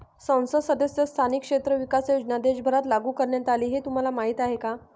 संसद सदस्य स्थानिक क्षेत्र विकास योजना देशभरात लागू करण्यात आली हे तुम्हाला माहीत आहे का?